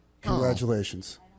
Congratulations